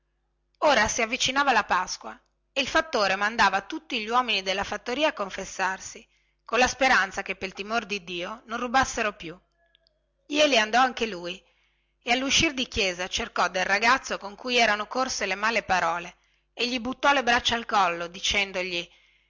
ora si avvicinava la pasqua e il fattore mandava tutti gli uomini della fattoria a confessarsi colla speranza che pel timor di dio non rubassero più jeli andò anche lui e alluscir di chiesa cercò del ragazzo con cui erano corse quelle parole e gli buttò le braccia al collo dicendogli